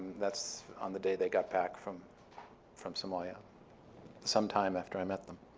that's on the day they got back from from somalia some time after i met them.